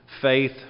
faith